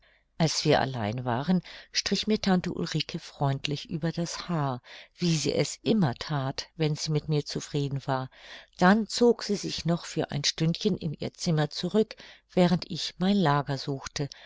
als wir allein waren strich mir tante ulrike freundlich über das haar wie sie immer that wenn sie mit mir zufrieden war dann zog sie sich noch für ein stündchen in ihr zimmer zurück während ich mein lager suchte